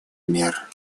мер